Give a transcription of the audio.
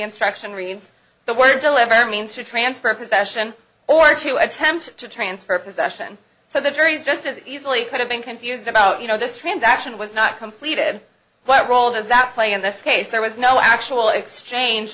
instruction reads the word delivered means to transfer a confession or to attempt to transfer possession so the jury is just as easily could have been confused about you know this transaction was not completed what role does that play in this case there was no actual exchange